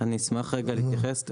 אני אשמח רגע להתייחס.